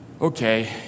okay